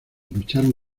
lucharon